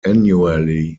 annually